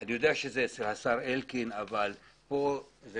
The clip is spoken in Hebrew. אני יודע שזה אצל השר אלקין אבל כאן זה